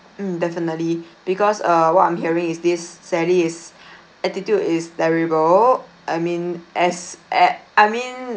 mm definitely because err what I'm hearing is this sally is attitude is terrible I mean as a~ I mean